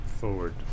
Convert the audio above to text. Forward